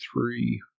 three